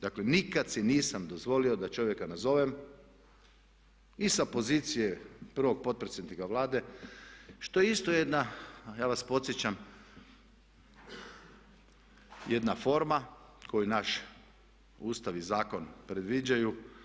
Dakle, nikad si nisam dozvolio da čovjeka nazovem i sa pozicije prvog potpredsjednika Vlade što je isto jedna ja vas podsjećam jedna forma koju naš Ustav i zakon predviđaju.